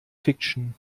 fiction